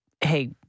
hey